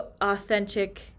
authentic